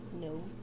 no